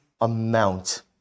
amount